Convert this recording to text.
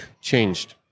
changed